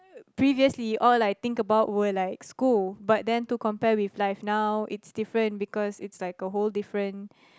previously all I think about were like school but then to compare with life now it's different because it's like a whole different